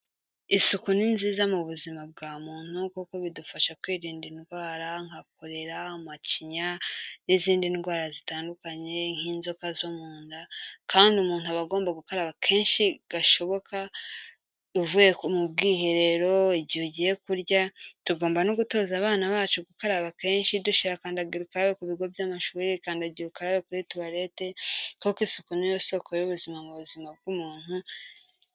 Isuku ni nziza mu buzima bwa muntu kuko bidufasha kwirinda indwara nka cholera, macinya n'izindi ndwara zitandukanye nk'inzoka zo mu nda, kandi umuntu abagomba gukaraba kenshi gashoboka, uvuye mu bwiherero, igihe ugiye kurya, tugomba no gutoza abana bacu gukaraba kenshi dushira kandagira ukarabe ku bigo by'amashuri, kandagira ukarayo kuri toilete kuko isuku niyo soko y'ubuzima mu buzima bw'umuntu.